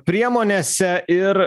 priemonėse ir